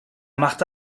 machte